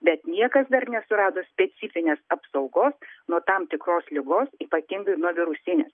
bet niekas dar nesurado specifinės apsaugos nuo tam tikros ligos ypatingai nuo virusinės